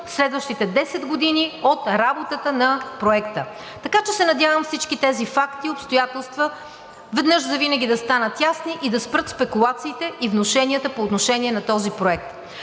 следващите 10 години от работата на проекта. Така че се надявам всички тези факти и обстоятелства веднъж завинаги да станат ясни и да спрат спекулациите и внушенията по отношение на този проект.